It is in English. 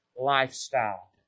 lifestyle